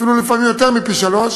אפילו לפעמים יותר מפי-שלושה.